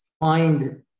find